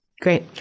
Great